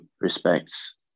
respects